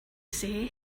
say